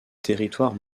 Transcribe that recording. territoire